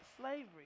slavery